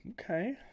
Okay